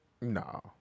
no